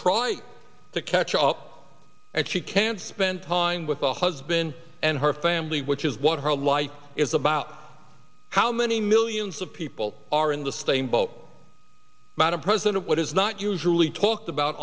try to catch up and she can spend time with the husband and her family which is what her life is about how many millions of people are in the staying boat madam president what is not usually talked about